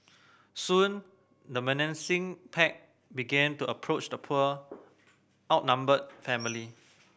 soon the menacing pack began to approach the poor outnumbered family